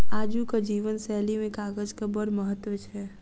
आजुक जीवन शैली मे कागजक बड़ महत्व छै